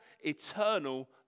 eternal